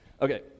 Okay